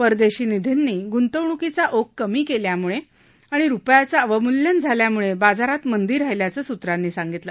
परदेशी निधींनी ग्ंतवणूकीचा ओघ कमी केल्याम्ळे आणि रुपयाचं अवम्ल्यन झाल्याम्ळे बाजारात मंदी राहिल्याचं स्त्रांनी सांगितलं